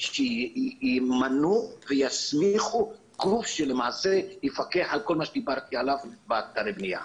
שימנו ויסמיכו גוף שלמעשה יפקח על כל מה שדיברתי עליו באתרי בנייה.